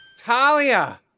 Talia